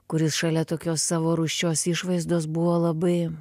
kuris šalia tokios savo rūsčios išvaizdos buvo labai